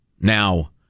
Now